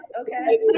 Okay